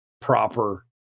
proper